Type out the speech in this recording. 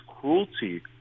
cruelty